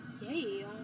Yay